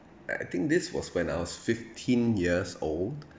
uh I think this was when I was fifteen years old